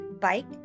bike